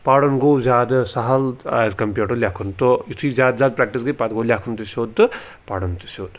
پَرُن گوٚو زِیادٕ سَہَل ایز کَمپیٲڈ ٹُہ لیکھُن تہٕ یِتھُے زیادٕ زیادٕ پرٛٮ۪کٹِس گٔے پَتہٕ گوٚو لیکھُن تہِ سیوٚد تہٕ پَرُن تہِ سیوٚد